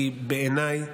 כי בעיניי,